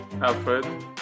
Alfred